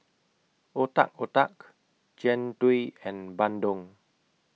Otak Otak Jian Dui and Bandung